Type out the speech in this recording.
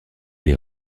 les